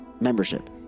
membership